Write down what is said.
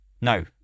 No